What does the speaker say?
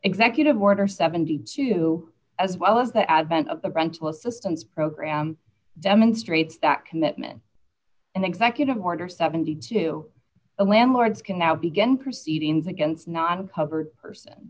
executive order seventy two as well as the advent of the rental assistance program demonstrates that commitment and executive order seventy two landlords can now begin proceedings against not uncovered person